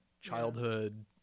childhood